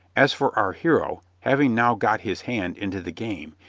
as for our hero, having now got his hand into the game,